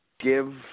give